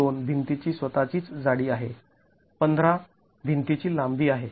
२ भिंतीची स्वतःचीच जाडी आहे १५ भिंतीची लांबी आहे